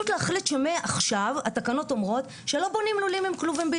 שפעת העופות שמשמידים עופות בקצב,